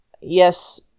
yes